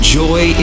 joy